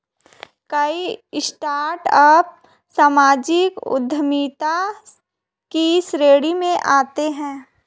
कई स्टार्टअप सामाजिक उद्यमिता की श्रेणी में आते हैं